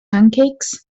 pancakes